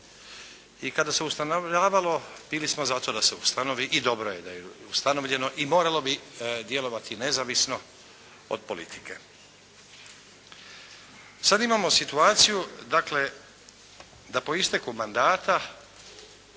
I kad se ustanovljavalo bili smo za to da se ustanovi i dobro je da se ustanovi i moglo bi djelovati nezavisno od politike. Sad imamo situaciju dakle da po isteku mandata